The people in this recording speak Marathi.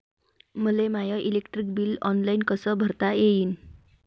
मले माय इलेक्ट्रिक बिल ऑनलाईन कस भरता येईन?